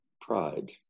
pride